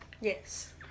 Yes